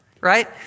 right